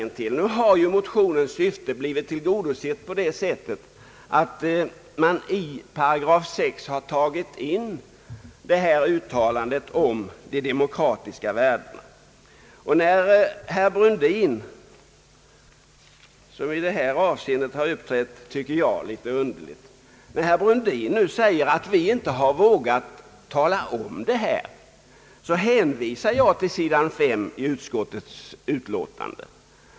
Nu har ju motionens syfte blivit tillgodosett därigenom att det i 8 6 tagits in ett uttalande om de demokratiska värdena. Jag tycker att herr Brundin har uppträtt litet underligt, när han sagt att vi inte vågat tala om detta. Jag behöver ju bara erinra om vad som står på sidan 5 i utskottsutlåtandet.